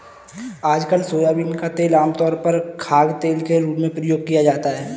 आजकल सोयाबीन का तेल आमतौर पर खाद्यतेल के रूप में प्रयोग किया जाता है